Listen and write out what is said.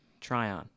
Tryon